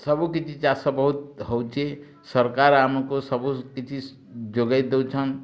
ସବୁ କିଛି ଚାଷ ବହୁତ ହେଉଛି ସରକାର୍ ଆମକୁ ସବୁ କିଛି ଯୋଗେଇ ଦେଉଛନ୍